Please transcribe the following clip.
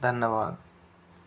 धन्यवाद